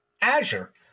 Azure